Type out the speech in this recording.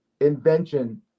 invention